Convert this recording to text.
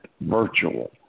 virtual